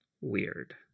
weird